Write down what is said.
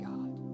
God